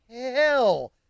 Hell